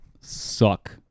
suck